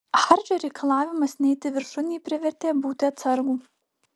hardžio reikalavimas neiti viršun jį privertė būti atsargų